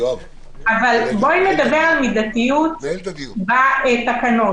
אבל בואי נדבר על מידתיות בתקנות,